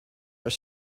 are